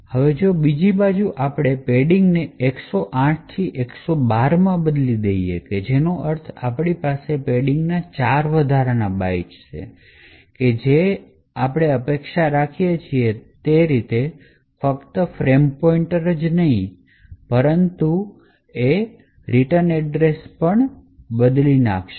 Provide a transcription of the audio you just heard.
હવે જો બીજી બાજુ આપણે પેડિંગને 108 થી 112 માં બદલીએ છીએ જેનો અર્થ એ છે કે અમારી પાસે પેડિંગ ના ચાર વધારાના બાઇટ્સ છે આપણે જેની અપેક્ષા રાખી શકીએ છીએ તે ફક્ત ફ્રેમ પોઇન્ટર નથી મેનીપ્યુલેટેડ થી ફેલાય છે એડ્જેસેંટ મેમરી જે ફરજિયાત રિટર્ન એડ્રેસ છે તે પણ સંશોધિત થઈ શકશે